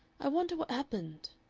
i wonder what happened.